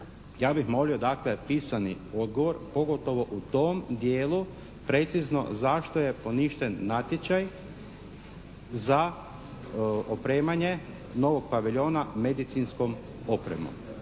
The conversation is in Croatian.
Ja bih molio dakle pisani odgovor, pogotovo u tom dijelu precizno zašto je poništen natječaj za opremanje novog paviljona medicinskom opremom.